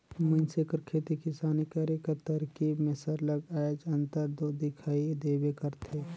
मइनसे कर खेती किसानी करे कर तरकीब में सरलग आएज अंतर दो दिखई देबे करथे